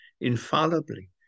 infallibly